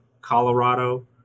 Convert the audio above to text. Colorado